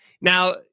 Now